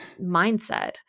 mindset